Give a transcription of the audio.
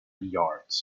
yards